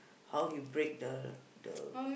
how he break the the